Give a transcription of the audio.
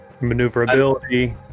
maneuverability